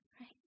right